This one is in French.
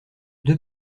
deux